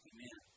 Amen